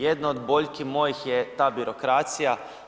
Jedno od boljki mojih je ta birokracija.